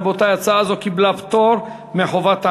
רבותי, הצעה זו קיבלה פטור מחובת הנחה.